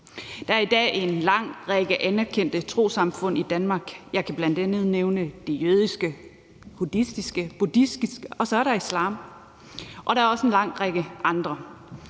Der er i dag en lang række anerkendte trossamfund i Danmark; jeg kan bl.a. nævne det jødiske og det buddhistiske, og så er der islam, og der er også en lang række andre.